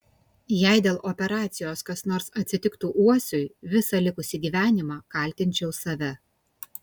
jei dėl operacijos kas nors atsitiktų uosiui visą likusį gyvenimą kaltinčiau save